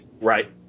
Right